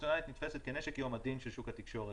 נתפסת כנשק יום הדין של שוק התקשורת.